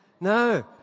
No